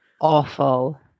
awful